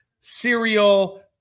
cereal